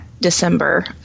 December